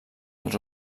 als